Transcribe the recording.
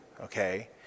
okay